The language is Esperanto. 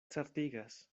certigas